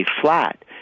flat